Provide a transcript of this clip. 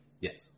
Yes